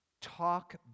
talk